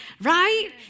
right